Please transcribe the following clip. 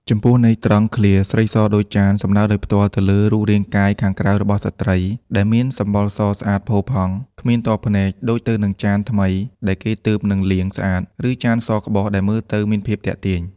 ចំពោះន័យត្រង់ឃ្លា "ស្រីសដូចចាន" សំដៅដោយផ្ទាល់ទៅលើរូបរាងកាយខាងក្រៅរបស់ស្ត្រី ដែលមានសម្បុរសស្អាតផូរផង់ គ្មានទាស់ភ្នែក ដូចទៅនឹងចានថ្មីដែលគេទើបនឹងលាងស្អាត ឬចានសក្បុសដែលមើលទៅមានភាពទាក់ទាញ។